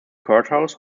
courthouse